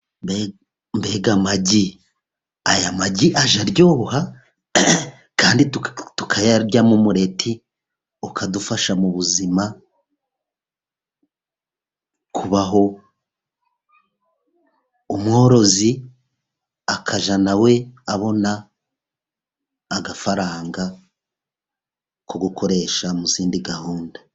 Mbega amagi ! aya magi araryoha kandi tukayaryamo umureti ukadufasha mu buzima kubaho, umworozi akajya nawe abona amafaranga yo gukoresha mu zindi gahunda.